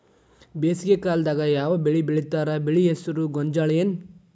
ಬೇಸಿಗೆ ಕಾಲದಾಗ ಯಾವ್ ಬೆಳಿ ಬೆಳಿತಾರ, ಬೆಳಿ ಹೆಸರು ಗೋಂಜಾಳ ಏನ್?